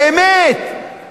באמת,